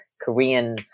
Korean